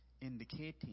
indicating